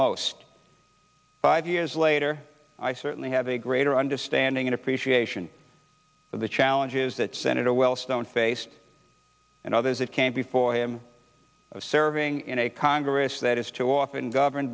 most five years later i certainly have a greater understanding and appreciation of the challenges that senator wellstone faced and others that came before him of serving in a congress that is too often govern